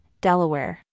Delaware